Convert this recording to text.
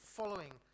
following